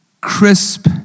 Crisp